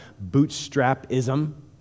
bootstrap-ism